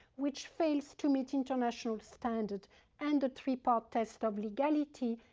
which fails to meet international standard and the three part test of legality,